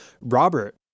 robert